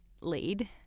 lead